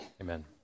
Amen